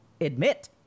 admit